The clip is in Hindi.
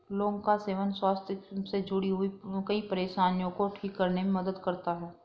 लौंग का सेवन स्वास्थ्य से जुड़ीं कई परेशानियों को ठीक करने में मदद करता है